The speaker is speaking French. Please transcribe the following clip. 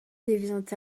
devient